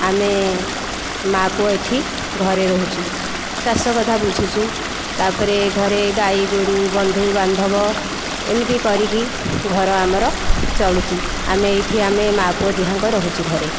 ଆମେ ମା ପୁଅ ଏଠି ଘରେ ରହୁଛୁ ଚାଷ କଥା ବୁଝୁଛୁ ତା'ପରେ ଘରେ ଗାଈଗୋରୁ ବନ୍ଧୁବାନ୍ଧବ ଏମିତି କରିକି ଘର ଆମର ଚଳୁଛି ଆମେ ଏଠି ଆମେ ମା ପୁଅ ଦୁଇ ହାଂକ ରହୁଛୁ ଘରେ